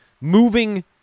moving